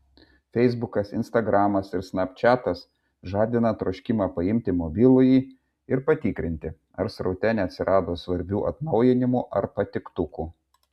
feisbukas instagramas ir snapčiatas žadina troškimą paimti mobilųjį ir patikrinti ar sraute neatsirado svarbių atnaujinimų ar patiktukų